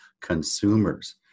consumers